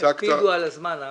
תקפידו על הזמן.